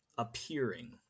Appearing